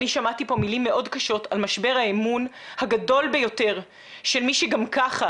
שמעתי פה מילים מאוד קשות על משבר האמון הגדול ביותר של מי שגם ככה